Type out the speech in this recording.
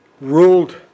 ruled